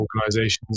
organizations